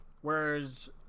Whereas